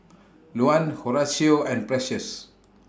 Luann Horacio and Precious